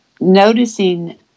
noticing